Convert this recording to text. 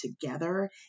together